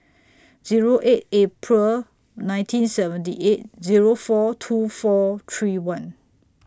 Zero eight April nineteen seventy eight Zero four two four three one